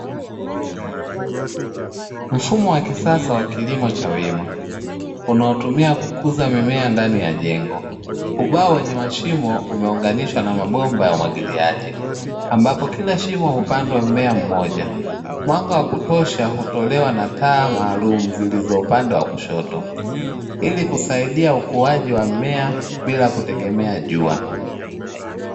Mfumo wa kisasa wa kilimo cha wima. Unaotumia kukuza mimea ndani ya jengo. Ubao wenye mashimo umeunganishwa na mabomba ya umwagiliaji, ambapo kila shimo hupandwa mmea mmoja. Mwanga wa kutosha hutolewa na taa maalum zilizo upande wa kushoto ili kusaidia ukuwaji wa mmea bila kutegemea jua.